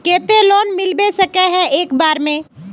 केते लोन मिलबे सके है एक बार में?